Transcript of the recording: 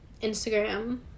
Instagram